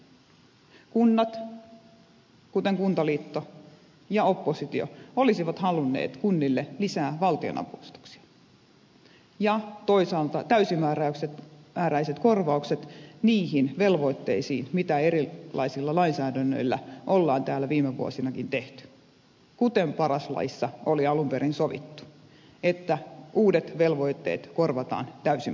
kunnat kuten myös kuntaliitto ja oppositio olisivat halunneet kunnille lisää valtionavustuksia ja toisaalta täysimääräiset korvaukset niistä velvoitteista mitä erilaisilla lainsäädännöillä on täällä viime vuosinakin tehty kuten paras laissa oli alun perin sovittu että uudet velvoitteet korvataan täysimääräisesti